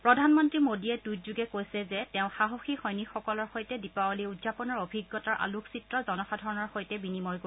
প্ৰধানমন্ত্ৰী মোডীয়ে টুইটযোগে কৈছে যে তেওঁ সাহসী সৈনিকসকলৰ সৈতে দীপাৱলী উদযাপনৰ অভিজ্ঞতাৰ আলোকচিত্ৰ জনসাধাৰণৰ সৈতে বিনিময় কৰিব